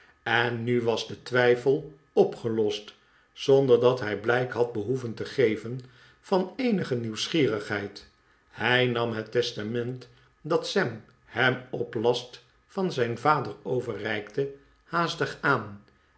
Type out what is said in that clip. en nu was de twijfel opgelost zonder dat hij blijk had behoeven te geven van eenige nieuwsgierigheid hij nam het testament dat sam hem op last van zijn vader overreikte haastig aan